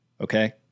okay